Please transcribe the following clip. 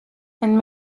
and